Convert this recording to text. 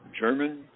german